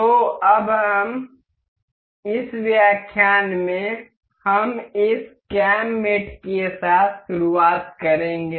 तो अब इस व्याख्यान में हम इस कैम मेट के साथ शुरुआत करेंगे